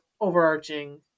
overarching